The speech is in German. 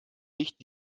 licht